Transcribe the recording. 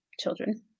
children